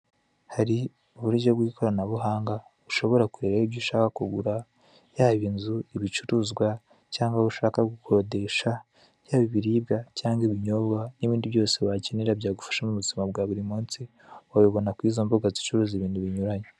Hari uburyo bw'ikoranabuhanga ushobora kureberaho ibyo ushaka, yaba inzu, ibicuruzwa, cyangwa aho ushaka gukodesha, yaba ibiribwa cyangwa ibinyobwa, n'ibindi byose wakenera byagufasha mu buzima bwa buri munsi, wabibona ku izo mbuga zicuruza ibintu binyuranye.